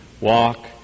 walk